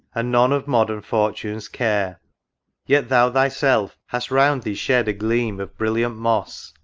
and none of modern fortune's care yet thou thyself hast round thee shed a gleam of brilliant moss,